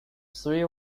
three